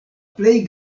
plej